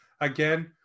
Again